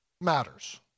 matters